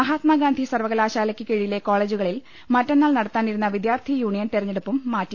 മഹാത്മാഗാന്ധി സർവകലാശാലക്ക് കീഴിലെ കോളജുകളിൽ മറ്റന്നാൾ നടത്താനിരുന്ന വിദ്യാർത്ഥി യൂണിയൻ തെരഞ്ഞെ ടുപ്പും മാറ്റി